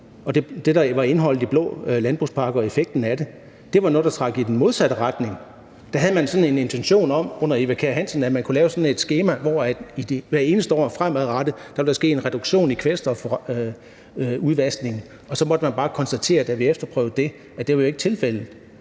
det, der var indholdet i blå landbrugspakker og effekten af det, var noget, der trak i den modsatte retning. Der havde man under Eva Kjer Hansen sådan intention om, at man kunne lave sådan et skema, hvor der hvert eneste år fremadrettet ville ske en reduktion i kvælstofudvaskningen, og så måtte man bare konstatere, at da vi efterprøvede det, var det ikke tilfældet;